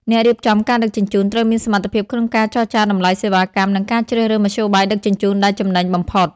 អ្នករៀបចំការដឹកជញ្ជូន ត្រូវមានសមត្ថភាពក្នុងការចរចាតម្លៃសេវាកម្ម និងការជ្រើសរើសមធ្យោបាយដឹកជញ្ជូនដែលចំណេញបំផុត។